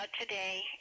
today